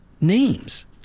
names